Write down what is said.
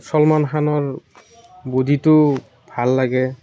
চলমান খানৰ বডিটো ভাল লাগে